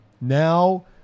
now